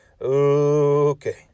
Okay